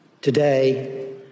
today